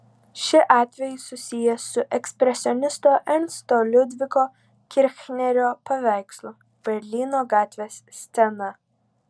ši atvejis susijęs su ekspresionisto ernsto liudviko kirchnerio paveikslu berlyno gatvės scena